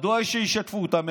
מדוע שישתפו אותם?